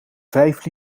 vijf